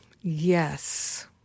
Yes